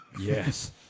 Yes